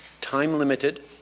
time-limited